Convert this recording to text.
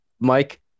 mike